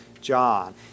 John